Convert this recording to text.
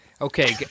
Okay